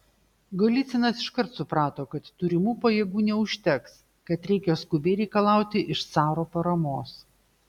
golycinas iškart suprato kad turimų pajėgų neužteks kad reikia skubiai reikalauti iš caro paramos